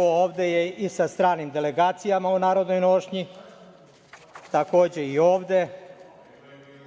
Ovde je i sa stranim delegacijama u narodnoj nošnji, takođe i ovde